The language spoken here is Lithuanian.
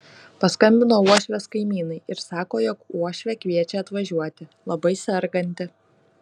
paskambino uošvės kaimynai ir sako jog uošvė kviečia atvažiuoti labai serganti